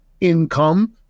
Income